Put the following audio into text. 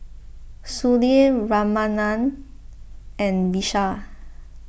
Sudhir Ramanand and Vishal